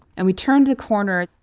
and we turned a corner,